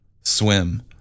swim